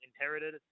inherited